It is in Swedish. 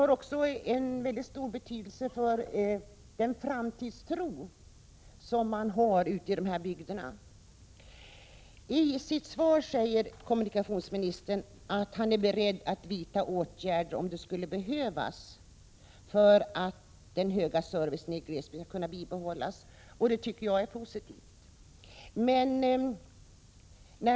Servicen har också stor betydelse för framtidstron hos de människor som bor ute i dessa bygder. Kommunikationsministern säger i svaret att han är beredd att vidta åtgärder, om det skulle behövas, för att den höga servicen i glesbygden skall kunna bibehållas. Det tycker jag är positivt.